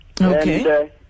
Okay